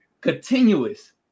Continuous